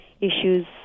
issues